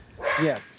Yes